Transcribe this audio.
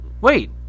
Wait